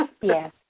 Yes